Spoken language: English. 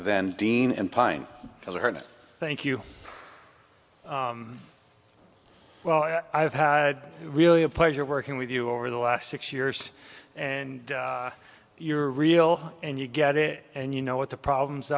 then dean and pine tell her thank you well i've had really a pleasure working with you over the last six years and you're a real and you get it and you know what the problems